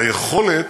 והיכולת,